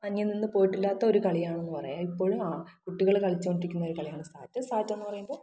അന്യം നിന്ന് പോയിട്ടില്ലാത്ത ഒരു കളിയാണെന്ന് പറയാം ഇപ്പോഴും കുട്ടികൾ കളിച്ചുകൊണ്ടിരികുന്ന ഒരു കളിയാണ് സാറ്റ് സാറ്റ് എന്ന് പറയുമ്പോൾ